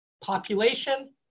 population